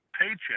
paycheck